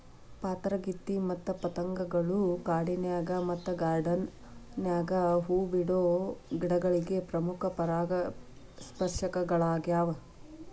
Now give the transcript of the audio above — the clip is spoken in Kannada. ಪಾತರಗಿತ್ತಿ ಮತ್ತ ಪತಂಗಗಳು ಕಾಡಿನ್ಯಾಗ ಮತ್ತ ಗಾರ್ಡಾನ್ ನ್ಯಾಗ ಹೂ ಬಿಡೋ ಗಿಡಗಳಿಗೆ ಪ್ರಮುಖ ಪರಾಗಸ್ಪರ್ಶಕಗಳ್ಯಾವ